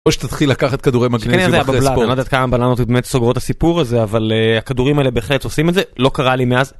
או שתתחיל לקחת כדורי מגנזיום אחרי הספורט. כן, לא יודע כמה בננות באמת סוגרו את הסיפור הזה, אבל הכדורים האלה בהחלט עושים את זה. לא קרה לי מאז.